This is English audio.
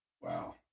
wow